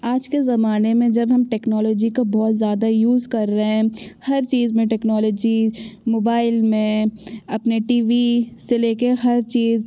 आज के ज़माने में जब हम टेक्नोलॉजी का बहुत ज़्यादा यूज़ कर रहें हर चीज में टेक्नोलॉजी मोबाईल में अपने टी वी से लेके हर चीज